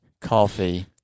coffee